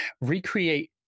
Recreate